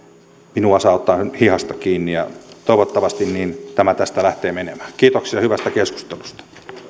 minua saa ottaa hihasta kiinni toivottavasti tämä tästä lähtee menemään kiitoksia hyvästä keskustelusta nyt